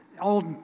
old